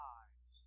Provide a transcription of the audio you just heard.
eyes